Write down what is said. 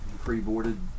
pre-boarded